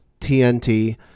TNT